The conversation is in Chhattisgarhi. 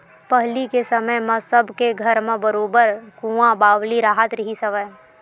पहिली के समे म सब के घर म बरोबर कुँआ बावली राहत रिहिस हवय